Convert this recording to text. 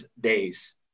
days